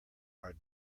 are